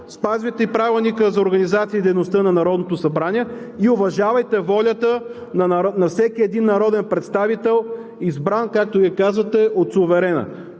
спазвайте и Правилника за организацията и дейността на Народното събрание и уважавайте волята на всеки един народен представител, избран, както Вие казвате, от суверена.